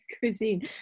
cuisine